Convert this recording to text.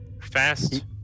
Fast